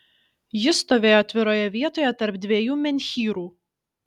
ji stovėjo atviroje vietoje tarp dviejų menhyrų